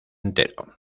entero